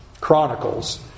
Chronicles